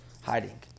hiding